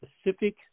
specific